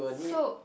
so